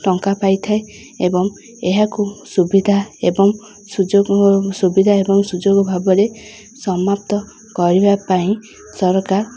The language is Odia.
ଟଙ୍କା ପାଇ ଥାଏ ଏବଂ ଏହାକୁ ସୁବିଧା ଏବଂ ସୁଯୋଗ ସୁବିଧା ଏବଂ ସୁଯୋଗ ଭାବରେ ସମାପ୍ତ କରିବା ପାଇଁ ସରକାର